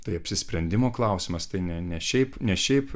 tai apsisprendimo klausimas tai ne ne šiaip ne šiaip